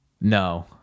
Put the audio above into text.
No